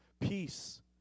Peace